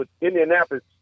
Indianapolis